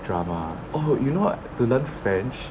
drama oh you know what to learn french